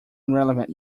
irrelevant